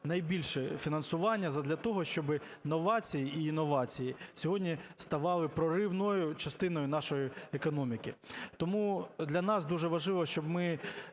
найбільше фінансування задля того, щоб новації і інновації сьогодні ставали проривною частиною нашої економіки. Тому для нас дуже важливо, щоб ми